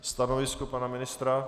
Stanovisko pana ministra?